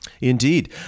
Indeed